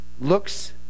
looks